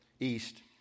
East